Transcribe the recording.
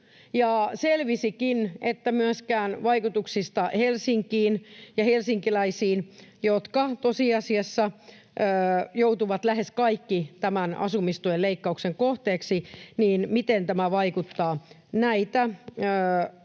selvisikin, että myöskään vaikutuksista Helsinkiin ja helsinkiläisiin, jotka tosiasiassa joutuvat lähes kaikki tämän asumistuen leikkauksen kohteeksi, ei ole tietoa. Näitä